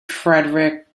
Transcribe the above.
frederick